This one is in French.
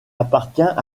appartient